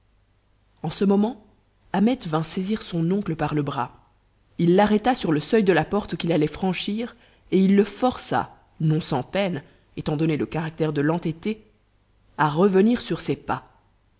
en ce moment ahmet vint saisir son oncle par le bras il l'arrêta sur le seuil de la porte qu'il allait franchir et il le força non sans peine étant donné le caractère de l'entêté à revenir sur ses pas